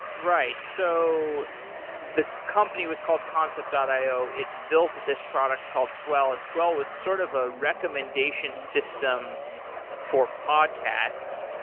right. so the company was called concept io. it built this product called swell, and swell was sort of a recommendation system for podcasts.